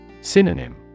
Synonym